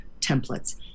templates